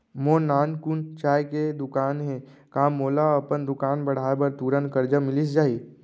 मोर नानकुन चाय के दुकान हे का मोला अपन दुकान बढ़ाये बर तुरंत करजा मिलिस जाही?